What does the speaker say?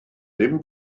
ddim